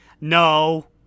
No